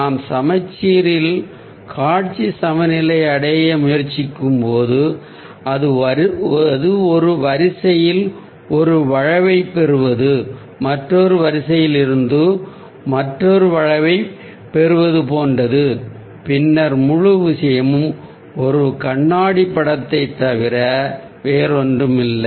நாம் சமச்சீரில் காட்சி சமநிலையை அடைய முயற்சிக்கும்போது அது ஒரு வரிசையில் ஒரு வளைவைப் பெறுவது மற்றொரு வரிசையில் இருந்து மற்றொரு வளைவைப் பெறுவது போன்றது பின்னர் முழு விஷயமும் ஒரு கண்ணாடிப் படத்தைத் தவிர வேறொன்றுமில்லை